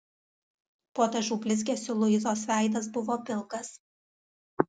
po dažų blizgesiu luizos veidas buvo pilkas